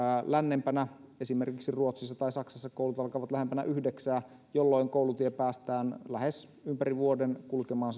lännempänä esimerkiksi ruotsissa tai saksassa koulut alkaisivat lähempänä yhdeksää jolloin koulutie päästään lähes ympäri vuoden kulkemaan